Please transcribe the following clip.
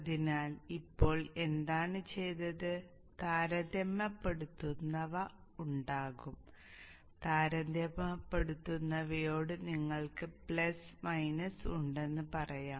അതിനാൽ ഇപ്പോൾ എന്താണ് ചെയ്തത് താരതമ്യപ്പെടുത്തുന്നവ ഉണ്ടാകും താരതമ്യപ്പെടുത്തുന്നവയോട് നിങ്ങൾക്ക് പ്ലസ് മൈനസ് ഉണ്ടെന്ന് പറയാം